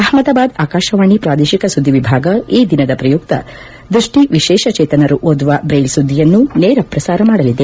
ಅಹಮದಾಬಾದ್ ಆಕಾಶವಾಣಿ ಪ್ರಾದೇಶಿಕ ಸುದ್ದಿ ವಿಭಾಗ ಈ ದಿನದ ಪ್ರಯುಕ್ತ ದೃಷ್ಷಿ ವಿಶೇಷಚೇತನರು ಓದುವ ಬ್ರೈಲ್ ಸುದ್ವಿಯನ್ನು ನೇರ ಪ್ರಸಾರ ಮಾಡಲಿದೆ